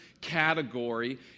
category